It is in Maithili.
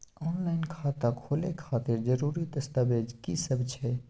ऑनलाइन खाता खोले खातिर जरुरी दस्तावेज की सब छै?